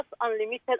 unlimited